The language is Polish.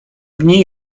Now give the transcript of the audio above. dni